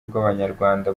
bw’abanyarwanda